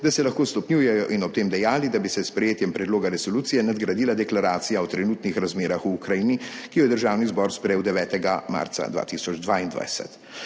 da se lahko stopnjujejo, in ob tem dejali, da bi se s sprejetjem predloga resolucije nadgradila deklaracija o trenutnih razmerah v Ukrajini, ki jo je državni zbor sprejel 9. marca 2023.